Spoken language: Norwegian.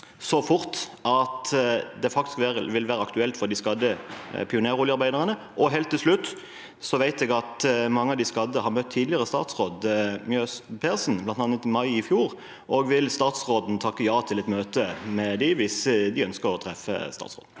så fort at det faktisk vil være aktuelt for de skadde pioneroljearbeiderne. Helt til slutt: Jeg vet at mange av de skadde har møtt tidligere statsråd Mjøs Persen, bl.a. i mai i fjor. Vil statsråden takke ja til et møte med dem hvis de ønsker å treffe statsråden?